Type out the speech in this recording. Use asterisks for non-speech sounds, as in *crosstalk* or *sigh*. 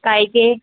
*unintelligible* के